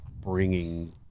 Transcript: bringing